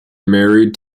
married